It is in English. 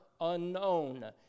unknown